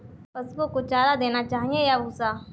पशुओं को चारा देना चाहिए या भूसा?